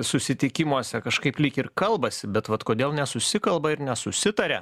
susitikimuose kažkaip lyg ir kalbasi bet vat kodėl nesusikalba ir nesusitaria